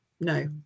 No